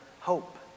hope